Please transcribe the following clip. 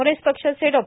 कांग्रेस पक्षाचे डॉ